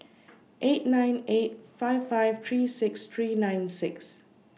eight nine eight five five three six three nine six